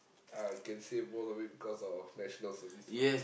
I can say most of it because of National-Service lah